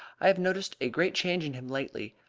i have noticed a great change in him lately.